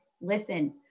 listen